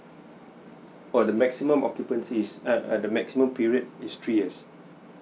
oh the maximum occupancy is uh uh the maximum period is three years